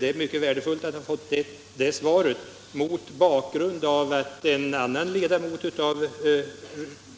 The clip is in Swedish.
Det är mycket värdefullt att ha fått det svaret mot bakgrund av att en annan ledamot av